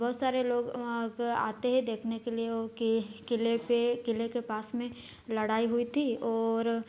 बहुत सारे लोग वहाँ पर आते हैं देखने के लिए वो कि किले पर किले के पास में लड़ाई हुई थी और